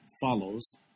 follows